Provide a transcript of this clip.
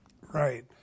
right